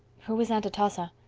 who is aunt atossa?